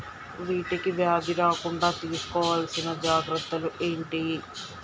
వీటికి వ్యాధి రాకుండా తీసుకోవాల్సిన జాగ్రత్తలు ఏంటియి?